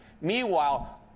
Meanwhile